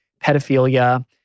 pedophilia